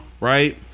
right